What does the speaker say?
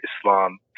Islam